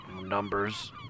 Numbers